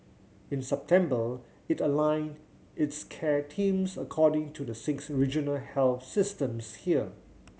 in September it aligned its care teams according to the six regional health systems here